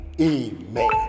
amen